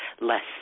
less